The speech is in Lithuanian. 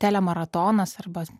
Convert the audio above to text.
tele maratonas arba